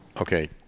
okay